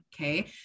Okay